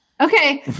Okay